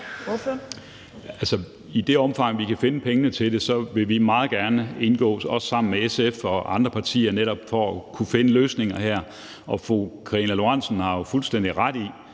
i det omfang vi kan finde pengene til det, vil vi meget gerne indgå – også sammen med SF og andre partier – i netop at finde løsninger her. Og fru Karina Lorentzen har jo fuldstændig ret i,